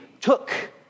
took